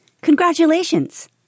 Congratulations